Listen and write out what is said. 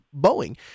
Boeing